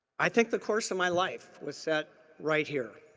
i think the course of my life was set right here.